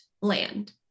land